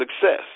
success